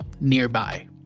nearby